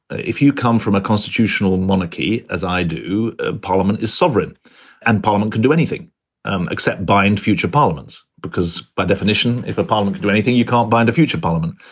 if you come from a constitutional monarchy, as i do, ah parliament is sovereign and parliament can do anything except bind future parliaments, because by definition, if a parliament do you can't bind a future parliament.